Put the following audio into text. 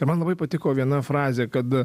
ir man labai patiko viena frazė kad